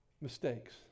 mistakes